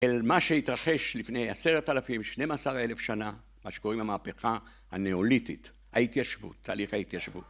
אל מה שהתרחש לפני עשרת אלפים, שנים עשרה אלף שנה, מה שקוראים המהפכה הנאוליתית, ההתיישבות, תהליך ההתיישבות.